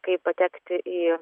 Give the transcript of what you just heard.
kaip patekti į